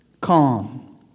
calm